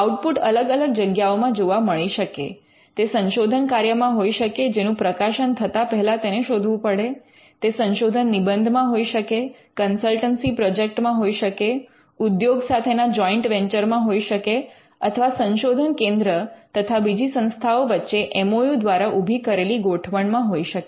output અલગ અલગ જગ્યાઓમાં જોવા મળી શકે તે સંશોધન કાર્યમાં હોઈ શકે જેનું પ્રકાશન થતાં પહેલાં તેને શોધવું પડે તે સંશોધન નિબંધમાં હોઈ શકે કન્સલ્ટન્સી પ્રોજેક્ટમાં હોઈ શકે ઉદ્યોગ સાથેના જૉઇન્ટ વેન્ચર માં હોઈ શકે અથવા સંશોધન કેન્દ્રો તથા બીજી સંસ્થાઓ વચ્ચે એમ ઓ યુ દ્વારા ઊભી કરેલી ગોઠવણમાં હોઈ શકે